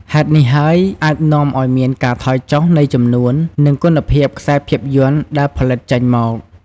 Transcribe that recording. ហេតុនេះហើយអាចនាំឱ្យមានការថយចុះនៃចំនួន និងគុណភាពខ្សែភាពយន្តដែលផលិតចេញមក។